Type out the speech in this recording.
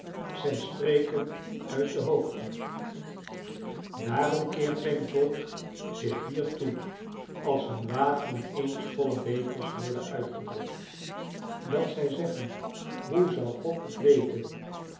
zij spreken uit de hoogte daarom keert zijn volk zich hiertoe als hun wateren eens vollen bekers worden uitgedrukt dat zij zeggen hoe zou god het weten